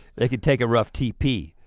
they can take a rough tp,